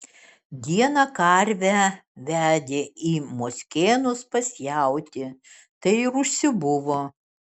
dieną karvę vedė į mockėnus pas jautį tai ir užsibuvo